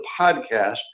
podcast